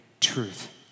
truth